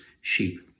sheep